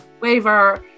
waiver